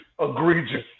egregious